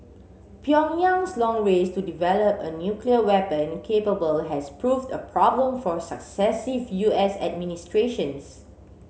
Pyongyang's long race to develop a nuclear weapon capable has proved a problem for successive U S administrations